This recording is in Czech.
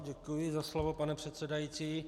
Děkuji vám za slovo, pane předsedající.